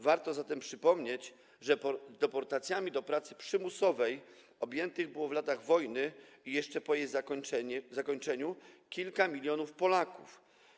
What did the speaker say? Warto zatem przypomnieć, że deportacjami do pracy przymusowej objętych było w latach wojny i jeszcze po jej zakończeniu kilka milionów Polaków.